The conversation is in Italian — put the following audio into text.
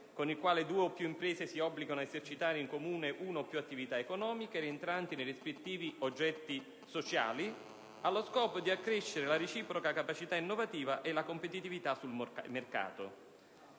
con il quale due o più imprese si obbligano a esercitare in comune una o più attività economiche rientranti nei rispettivi oggetti sociali allo scopo di accrescere la reciproca capacità innovativa e la competitività sul mercato.